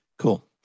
Cool